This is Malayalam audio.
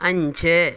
അഞ്ച്